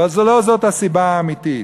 אבל לא זאת הסיבה האמיתית.